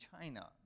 China